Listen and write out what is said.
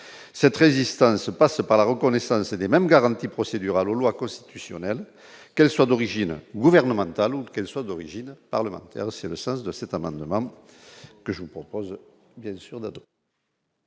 cette résistance se passe par la reconnaissance des mêmes garanties procédurales loi constitutionnelles qu'elle soit d'origine gouvernementale ou qu'elles soient d'origine parlementaire, c'est le sens de cet amendement que je vous propose bien sûr notre.